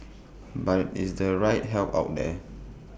but is the right help out there